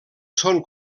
són